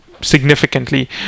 significantly